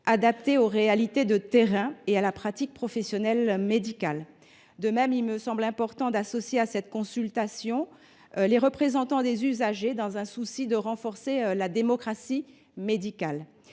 adaptée aux réalités de terrain et à la pratique professionnelle médicale. De même, il me semble important d’associer à cette consultation les représentants des usagers, afin de renforcer la démocratie médicale.